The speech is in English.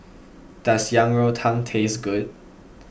does Yang Rou Tang taste good